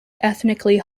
ethnically